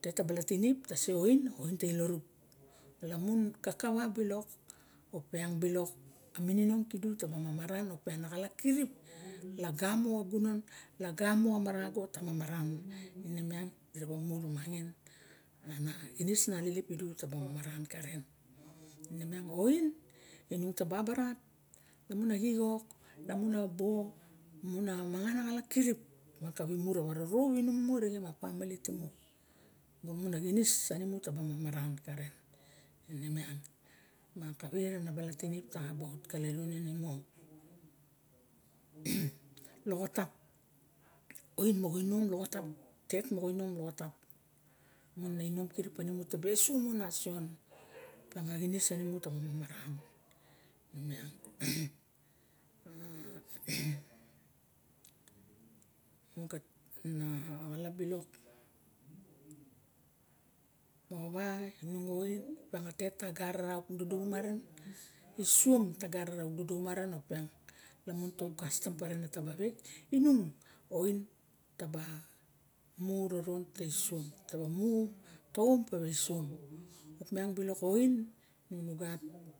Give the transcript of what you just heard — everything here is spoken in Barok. tet ta bala tinip ta se oin. Oin ta ilorup lamun kakawa bilok opian bilok mininong kidu taba mamaran na xalap kirip lagam xa gunon lagumo xa marago ta asa maran ine miang dira bo mu rumangin ana xinis na alelep piolu taba mapan karen a oin inung ta babarat lamun a xixok laman apo laiaun a mangona xalop kirip kawimu rawa rorop imas arixem a pamili timu lauun a xinis ganimu taba marsiavan karen ine miang tinip taxa ba of kalawonin imu oin moxa inom loxotap tet moxa inom loxotop lamun taba mara miang naxalap bilok moxowa mung a oin opiangatet ta gara duduxuma ren e sxiom fa gara deducuma rem opa lumun taut kastam paren na taka wet inung oin taba mu roron le suom taba mu ta om pewe suom opiang bilok a om